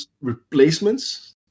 replacements